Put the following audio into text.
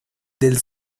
del